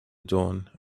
dawn